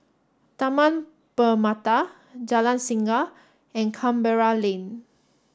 Taman Permata Jalan Singa and Canberra Lane